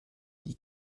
die